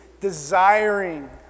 desiring